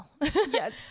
Yes